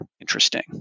interesting